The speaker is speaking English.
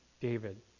David